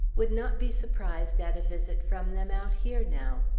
would not be surprised at a visit from them out here, now!